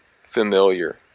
familiar